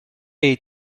jej